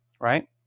right